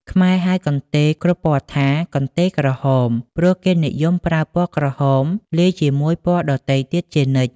ខ្មែរហៅកន្ទេលគ្រប់ពណ៌ថា កន្ទេលក្រហម ព្រោះគេនិយមប្រើពណ៌ក្រហមលាយជាមួយពណ៌ដទៃទៀតជានិច្ច ។